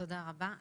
תודה רבה.